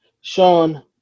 Sean